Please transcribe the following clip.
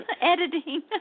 editing